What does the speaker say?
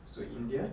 so india